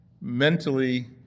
Mentally